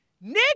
Nick